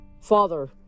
Father